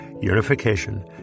unification